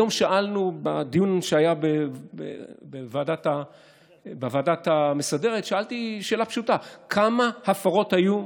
היום בדיון שהיה בוועדה המסדרת שאלתי שאלה פשוטה: כמה הפרות היו?